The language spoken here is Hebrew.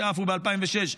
שעפו ב-2006,